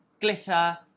glitter